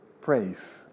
praise